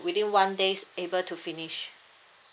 within one day able to finish